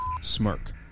smirk